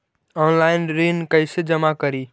Online ऋण कैसे जमा करी?